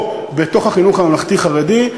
או בתוך החינוך הממלכתי-חרדי,